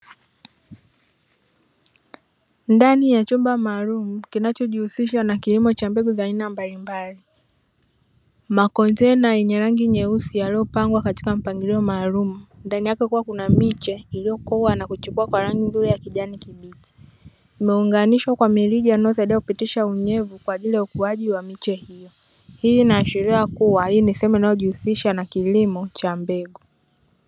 Ndani ya chumba maalumu kinacho jihusisha na kilimo cha mbegu za aina mbalimbali, makontena yenye rangi nyeusi yaliyopangwa katika mpangilio maalumu ndani yake kukiwa na miche iliyokua na kuchipua kwa rangi nzuri ya kijani kibichi, imeunganishwa kwa mirija inayosaidia kupitisha unyevu kwa ajili ya ukuaji wa miche hiyo hii inaashiria kuwa hii ni sehemu inayojihusisha na kilimo cha mbegu.